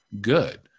good